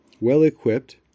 Well-equipped